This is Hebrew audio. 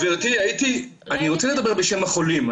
גברתי, אני רוצה לדבר בשם החולים.